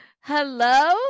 hello